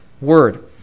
word